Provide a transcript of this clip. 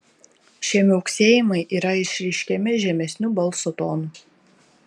šie miauksėjimai yra išreiškiami žemesniu balso tonu